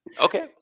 Okay